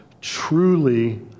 truly